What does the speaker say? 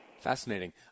Fascinating